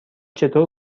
چطور